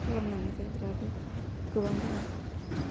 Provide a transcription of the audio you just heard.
खालामनानै जाग्राबो गोबां दङो